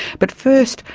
but first,